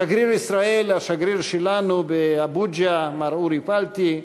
שגריר ישראל, השגריר שלנו באבוג'ה מר אורי פלטי,